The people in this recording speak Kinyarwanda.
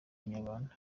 inyarwanda